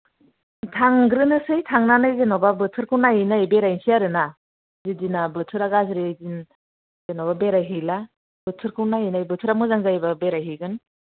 थांग्रोनोसै थांनानै जेन'बा बोथोरखौ नायै नायै बेरायनोसै आरो ना जे दिना बोथोरा गाज्रि बे दिन जेन'बा बेराय हैला बोथोरखौ नायै नायै बोथोरा मोजां जायोब्ला बेराय हैगोन